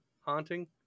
Haunting